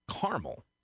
caramel